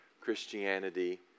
Christianity